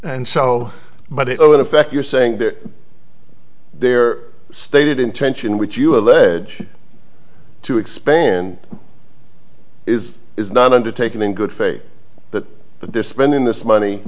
and so but it would affect you're saying their stated intention which you allege to expand is is not undertaken in good faith that they're spending this money